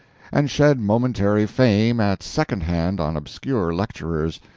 and shed momentary fame at second hand on obscure lecturers,